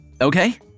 okay